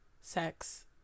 sex